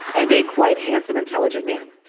and a quite handsome intelligent man.